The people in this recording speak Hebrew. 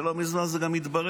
ולא מזמן זה גם התברר.